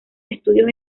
estudios